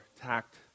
tact